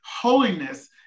Holiness